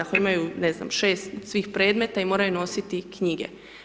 Ako imaju, ne znam, 6 svih predmeta i moraju nositi knjige.